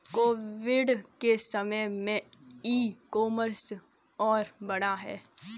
Covid के समय में ई कॉमर्स और बढ़ा है